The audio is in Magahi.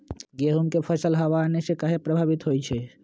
गेंहू के फसल हव आने से काहे पभवित होई छई?